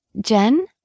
Jen